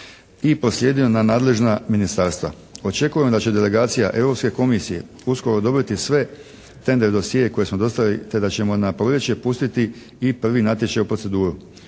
i proslijedili na nadležna ministarstva. Očekujemo daće delegacija europske komisije uskoro dobiti sve tender dosjee koje smo dostavili te da ćemo na proljeće pustiti i prvi natječaj u proceduru.